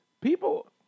people